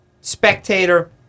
spectator